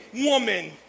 woman